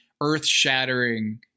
earth-shattering